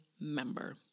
member